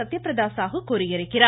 சத்தியபிரதா சாகு கூறியிருக்கிறார்